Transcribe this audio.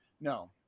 no